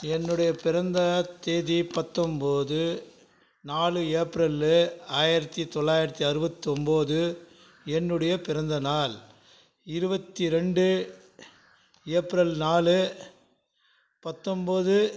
என்னுடைய பிறந்த தேதி பத்தம்போது நாலு ஏப்ரல்லு ஆயிரத்தி தொள்ளாயிரத்தி அறுபத்தொம்போது என்னுடைய பிறந்தநாள் இருபத்தி ரெண்டு ஏப்ரல் நாலு பத்தொம்பது